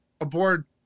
aboard